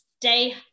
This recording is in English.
stay